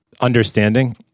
understanding